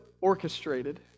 orchestrated